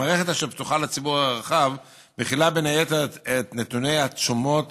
המערכת אשר פתוחה לציבור הרחב מכילה בין היתר את נתוני התשומות